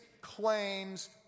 claims